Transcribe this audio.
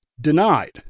denied